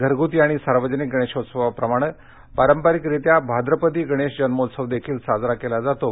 घरगुती आणि सार्वजनिक गणेशोत्सवाप्रमाणे पारंपरिकरित्या भाद्रपदी गणेश जन्मोत्सव देखील साजरा केला जातो